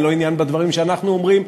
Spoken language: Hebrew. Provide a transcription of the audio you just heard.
אין לו עניין בדברים שאנחנו אומרים.